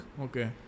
Okay